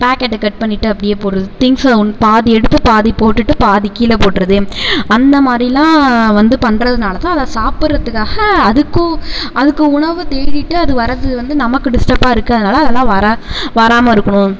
பாக்கெட்டை கட் பண்ணிட்டு அப்படியே போடுறது திங்க்ஸை வந்து பாதி எடுத்து பாதி போட்டுட்டு பாதி கீழே போடுகிறது அந்த மாதிரிலாம் வந்து பண்ணுறதுனாலதான் அதை சாப்பிட்றத்துக்காக அதுக்கும் அதுக்கு உணவு தேடிகிட்டு அது வரது வந்து நமக்கு டிஸ்டப்பாக இருக்கிறதுனால அதெல்லாம் வரா வராமல் இருக்கணும்